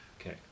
Okay